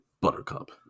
Buttercup